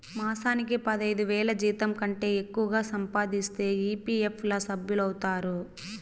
మాసానికి పదైదువేల జీతంకంటే ఎక్కువగా సంపాదిస్తే ఈ.పీ.ఎఫ్ ల సభ్యులౌతారు